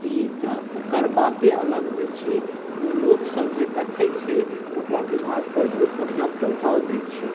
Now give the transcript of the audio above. जी तऽ एकर बाते अलग होइ छै ओ लोक सब जे देखै छै ओकरा दिमाग पर बहुत बढ़िऑं प्रभाव दै छै